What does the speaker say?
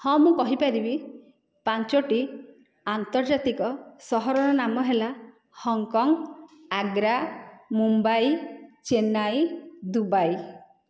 ହଁ ମୁଁ କହିପାରିବି ପାଞ୍ଚଟି ଆନ୍ତର୍ଜାତିକ ସହରର ନାମ ହେଲା ହଂକଂ ଆଗ୍ରା ମୁମ୍ବାଇ ଚେନ୍ନାଇ ଦୁବାଇ